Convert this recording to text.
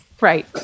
right